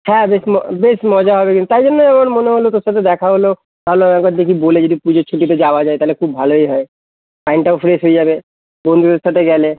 হ্যাঁ বেশ ম বেশ মজা হবে কিন্তু তাই জন্য আমার মনে হলো তোর সাথে দেখা হলো তাহলে একবার দেখি বলে যদি পুজোর ছুটিতে যাওয়া যায় তাহলে খুব ভালোই হয় মাইন্ডটাও ফ্রেস হয়ে যাবে বন্ধুদের সাথে গেলে